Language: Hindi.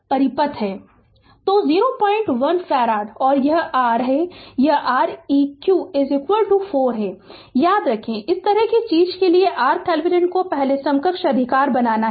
तो 01 फैराड और यह R यह Req 4 है याद रखें इस तरह की चीज के लिए R थेवेनिन को पहले समकक्ष अधिकार बनाना है